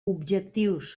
objectius